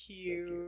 cute